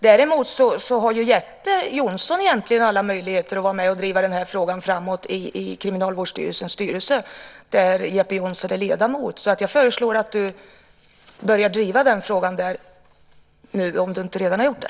Däremot har egentligen Jeppe Johnsson alla möjligheter att vara med och driva frågan framåt i Kriminalvårdsstyrelsens styrelse där Jeppe Johnsson är ledamot. Jag föreslår att du börjar driva den frågan där nu om du inte redan har gjort det.